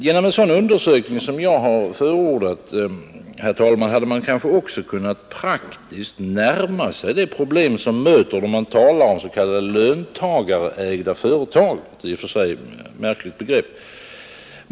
Genom en sådan undersökning som jag har förordat, herr talman, hade man kanske också kunnat praktiskt närma sig det problem som möter då man talar om s.k. löntagarägda företag — det är i och för sig ett märkligt uttryck.